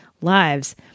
lives